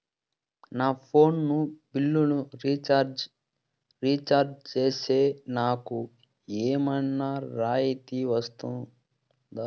నా ఫోను బిల్లును recharge recharge సేస్తే, నాకు ఏమన్నా రాయితీ వస్తుందా?